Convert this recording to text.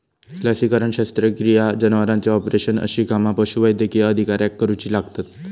लसीकरण, शस्त्रक्रिया, जनावरांचे ऑपरेशन अशी कामा पशुवैद्यकीय अधिकाऱ्याक करुची लागतत